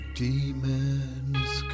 demons